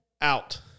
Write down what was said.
out